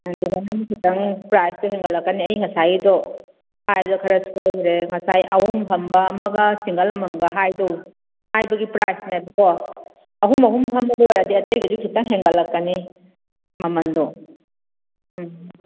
ꯑꯗꯨꯃꯥꯏꯅ ꯈꯤꯇꯪ ꯄ꯭ꯔꯥꯖꯇꯣ ꯍꯦꯟꯒꯠꯂꯛꯀꯅꯤ ꯑꯩ ꯉꯁꯥꯏꯒꯤꯗꯣ ꯍꯥꯏꯕꯗ ꯈꯔ ꯁꯣꯏꯈꯔꯦ ꯉꯁꯥꯏ ꯑꯍꯨꯝ ꯐꯝꯕ ꯑꯃꯒ ꯁꯤꯡꯒꯜ ꯑꯃꯃꯝꯒ ꯍꯥꯏꯕꯗꯣ ꯍꯥꯏꯕꯒꯤ ꯄ꯭ꯔꯥꯖꯅꯦꯕꯀꯣ ꯑꯍꯨꯝ ꯑꯍꯨꯝ ꯐꯝꯕꯗꯣ ꯑꯣꯏꯔꯒꯗꯤ ꯑꯇꯩꯒꯤꯁꯨ ꯈꯤꯇꯪ ꯍꯦꯟꯒꯠꯂꯛꯀꯅꯤ ꯃꯃꯟꯗꯣ ꯎꯝ